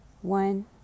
one